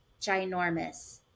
ginormous